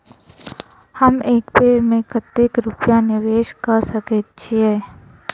हम एक बेर मे कतेक रूपया निवेश कऽ सकैत छीयै?